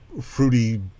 fruity